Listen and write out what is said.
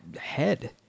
head